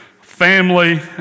family